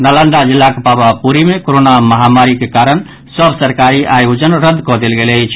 नालंदा जिलाक पावापुरी मे कारोना महामारीक कारण सभ सरकारी आयोजन रद्द कऽ देल गेल अछि